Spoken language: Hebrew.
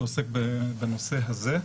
שעוסק בנושא הזה.